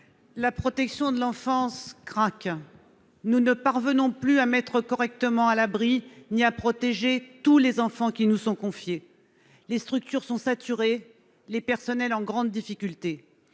La protection de l'enfance craque. Nous ne parvenons plus à mettre correctement à l'abri ni à protéger tous les enfants qui nous sont confiés. Les structures sont saturées, et les personnels sont en grande difficulté.